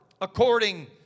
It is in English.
according